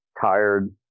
tired